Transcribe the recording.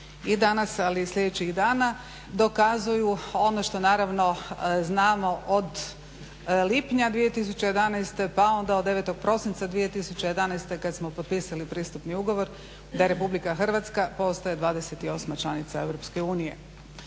i danas ali i sljedećih dana, dokazuju ono što znamo od lipnja 2011.pa onda od 9.prosinca 2011.kada smo potpisali pristupni ugovor da RH postaje 28.članica EU.